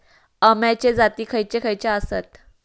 अम्याचे जाती खयचे खयचे आसत?